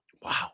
Wow